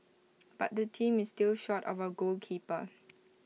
but the team is still short of A goalkeeper